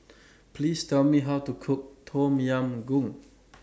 Please Tell Me How to Cook Tom Yam Goong